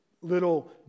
little